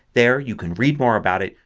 there you can read more about it.